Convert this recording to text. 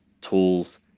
tools